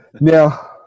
Now